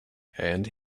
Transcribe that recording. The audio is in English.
and